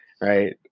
right